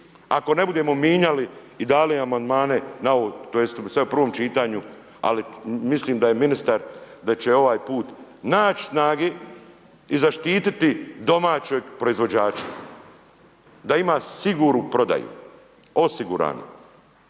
ako ne budemo mijenjali i dali amandmane, tj. sada u prvom čitanju, ali, mislim da je ministar, da će ovaj put naći snage i zaštiti domaćeg proizvođača, da ima sigurnu prodaju, osiguranu.